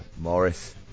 Morris